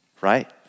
right